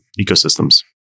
ecosystems